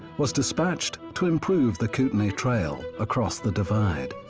was dispatched to improve the kootenai trail across the divide.